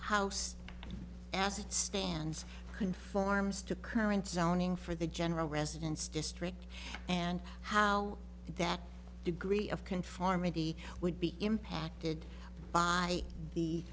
house as it stands conforms to current zoning for the general residence district and how that degree of conformity would be impacted by the